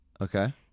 Okay